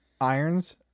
Irons